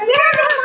Card होय है की?